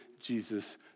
Jesus